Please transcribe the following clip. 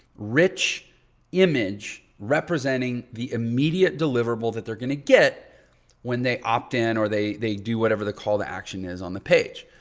rich image representing the immediate deliverable that they're going to get when they opt in or they they do whatever the call to action is on the page.